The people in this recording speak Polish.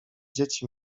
dzieci